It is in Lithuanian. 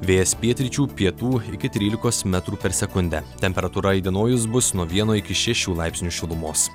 vėjas pietryčių pietų iki trylikos metrų per sekundę temperatūra įdienojus bus nuo vieno iki šešių laipsnių šilumos